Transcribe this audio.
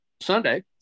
Sunday